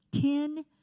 ten